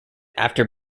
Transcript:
after